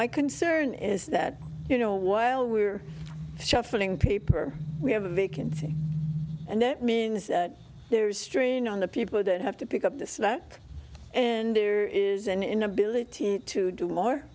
my concern is that you know what i'll we're shuffling paper we have a vacancy and it means there's strain on the people that have to pick up the slack and there is an inability to do more